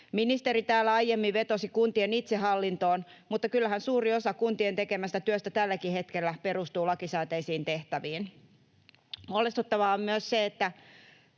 Ministeri täällä aiemmin vetosi kuntien itsehallintoon, mutta kyllähän suuri osa kuntien tekemästä työstä tälläkin hetkellä perustuu lakisääteisiin tehtäviin. Huolestuttavaa on myös se, että